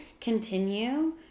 continue